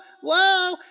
whoa